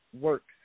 works